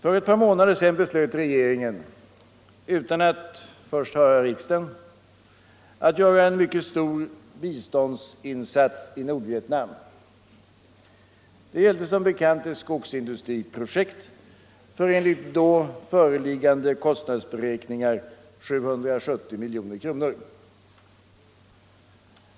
För ett par månader sedan beslöt regeringen utan att först höra riksdagen att göra en mycket stor biståndsinsats i Nordvietnam. Det gällde som bekant ett skogsindustriprojekt för enligt då föreliggande kostnadsberäkningar 770 miljoner kronor.